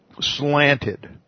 slanted